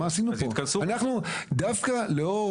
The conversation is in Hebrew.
ואז מה יקרה?